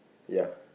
ya